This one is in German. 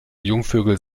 jungvögel